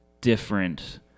different